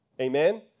Amen